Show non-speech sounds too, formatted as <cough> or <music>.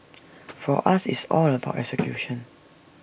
for us it's all about <noise> execution